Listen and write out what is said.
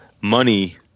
money